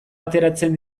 ateratzen